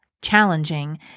challenging